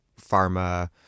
Pharma